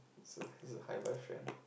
so this is a hi bye friend